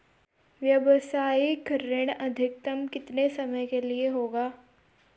व्यावसायिक ऋण अधिकतम कितने समय के लिए होगा?